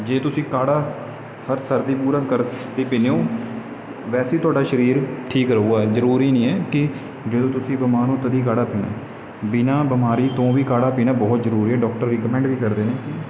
ਜੇ ਤੁਸੀਂ ਕਾੜ੍ਹਾ ਹਰ ਸਰਦੀ ਪੂਰਾ ਪੀਂਦੇ ਹੋ ਵੈਸੇ ਤੁਹਾਡਾ ਸਰੀਰ ਠੀਕ ਰਹੇਗਾ ਜ਼ਰੂਰੀ ਨਹੀਂ ਹੈ ਕਿ ਜਦੋਂ ਤੁਸੀਂ ਬਿਮਾਰ ਹੋ ਤਦ ਹੀ ਕਾੜ੍ਹਾ ਪੀਣਾ ਬਿਨਾ ਬਿਮਾਰੀ ਤੋਂ ਵੀ ਕਾੜ੍ਹਾ ਪੀਣਾ ਬਹੁਤ ਜ਼ਰੂਰੀ ਹੈ ਡਾਕਟਰ ਰਿਕਮੈਂਡ ਵੀ ਕਰਦੇ ਨੇ ਕਿ